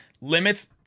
limits